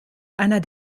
einer